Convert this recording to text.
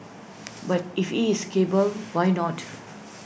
but if he is cable why not